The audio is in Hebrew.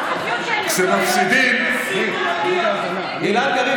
(חברת הכנסת מירב בן ארי יוצאת מאולם המליאה.) גלעד קריב,